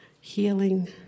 healing